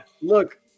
Look